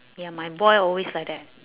ya my boy always like that